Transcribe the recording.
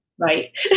right